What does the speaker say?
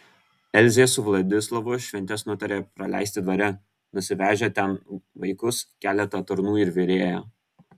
elzė su vladislovu šventes nutarė praleisti dvare nusivežę ten vaikus keletą tarnų ir virėją